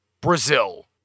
Brazil